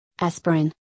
Aspirin